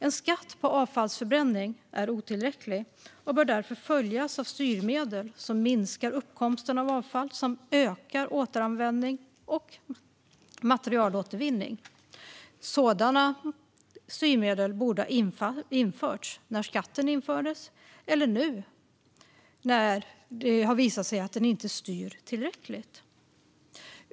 En skatt på avfallsförbränning är otillräcklig och bör därför följas av styrmedel som minskar uppkomsten av avfall samt ökar återanvändning och materialåtervinning. Sådana styrmedel borde ha införts när skatten infördes eller nu när det har visat sig att den inte styr tillräckligt.